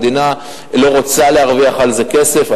המדינה לא רוצה להרוויח על זה כסף.